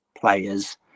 players